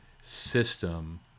system